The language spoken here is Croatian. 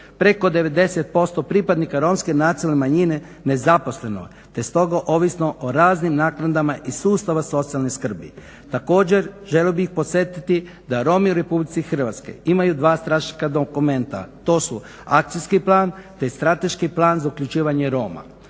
Preko 90% pripadnika Romske nacionalne manjine nezaposleno je te stoga ovisno o raznim naknadama iz sustava socijalne skrbi. Također želio bih podsjetiti da Romi u RH imaju dva strateška dokumenta, to su Akcijski plan, te Strateški plan za uključivanje Roma.